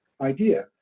idea